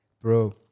Bro